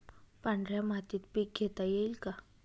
पांढऱ्या मातीत पीक घेता येईल का?